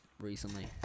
recently